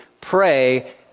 Pray